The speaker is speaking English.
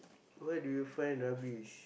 why do you find rubbish